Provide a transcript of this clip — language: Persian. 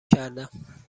کردم